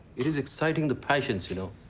it is exciting the passions, you know.